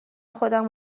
خودمو